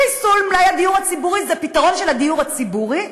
חיסול מלאי הדיור הציבורי זה פתרון של הדיור הציבורי?